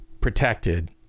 protected